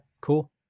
cool